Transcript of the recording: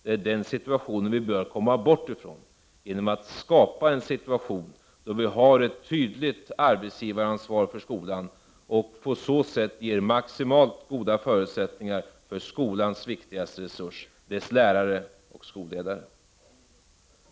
Det är alltså den situationen som vi bör komma bort från genom att skapa en situation där vi har ett tydligt arbetsgivaransvar för skolan och på så sätt ge maximalt goda förutsättningar för skolans viktigaste resurs — lärare och skolledare.